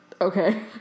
Okay